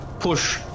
push